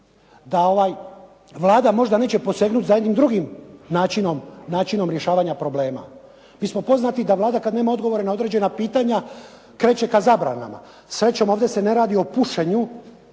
da Vlada možda neće posegnut za jednim drugim načinom rješavanja problema. Mi smo poznati da Vlada kad nema odgovora na određena pitanja, kreće ka zabranama. Srećom, ovdje se ne radi o pušenju